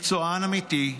מקצוען אמיתי,